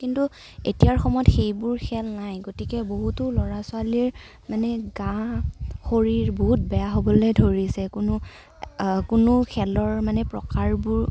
কিন্তু এতিয়াৰ সময়ত সেইবোৰ খেল নাই গতিকে বহুতো ল'ৰা ছোৱালীৰ মানে গা শৰীৰ বহুত বেয়া হ'বলৈ ধৰিছে কোনো কোনো খেলৰ মানে প্ৰকাৰবোৰ